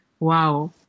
wow